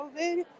COVID